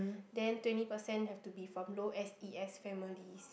then twenty percent have to be from low S_E_S families